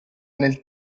nel